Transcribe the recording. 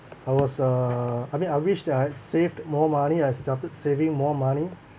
I was uh I mean I wished I'd saved more money I started saving more money